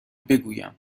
بگویم